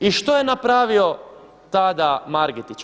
I što je napravio tada Margetić?